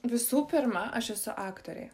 visų pirma aš esu aktorė